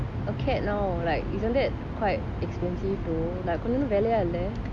a cat now like isn't that quite expensive to like கொஞ்சம் வெள்ளைய இல்ல:konjam vellaya illa